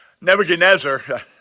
Nebuchadnezzar